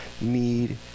need